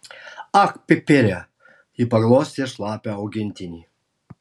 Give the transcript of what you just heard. ak pipire ji paglostė šlapią augintinį